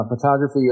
photography